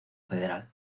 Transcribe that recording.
federal